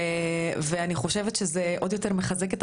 ואני חושבת שזה עוד יותר מחזק את